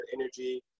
energy